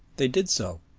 they did so,